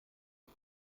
hat